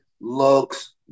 looks